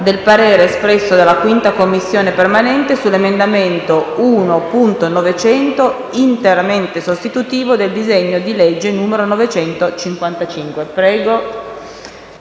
del parere espresso dalla 5a Commissione permanente sull'emendamento 1.900, interamente sostitutivo del disegno di legge n. 955.